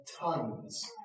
tons